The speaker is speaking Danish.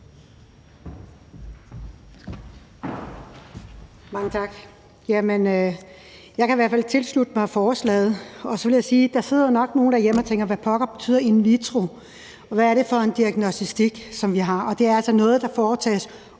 Mange tak. Jeg kan i hvert fald tilslutte mig forslaget, og så vil jeg sige: Der sidder nok nogen derhjemme og tænker, hvad pokker in vitro betyder, og hvad det er for en diagnostik. Og det er altså noget, der foretages